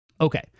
Okay